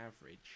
average